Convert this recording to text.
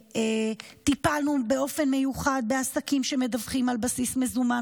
טיפלנו באופן מיוחד בעסקים שמדווחים על בסיס מזומן.